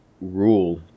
rule